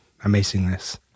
amazingness